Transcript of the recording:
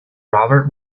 robert